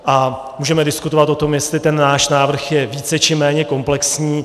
A můžeme diskutovat o tom, jestli ten náš návrh je více či méně komplexní.